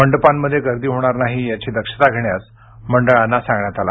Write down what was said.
मंडपांमध्ये गर्दी होणार नाही याची दक्षता घेण्यास मंडळांना सांगण्यात आले